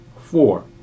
Four